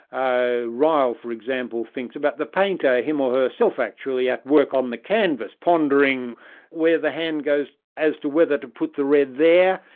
ryle for example thinks about the painter, him or herself actually at work on the canvas, pondering where the hand goes, as to whether to put the red there,